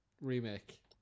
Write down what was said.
remake